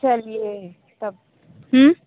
चलिए तब